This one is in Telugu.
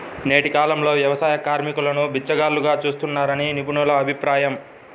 నేటి కాలంలో వ్యవసాయ కార్మికులను బిచ్చగాళ్లుగా చూస్తున్నారని నిపుణుల అభిప్రాయం